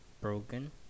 broken